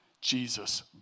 Jesus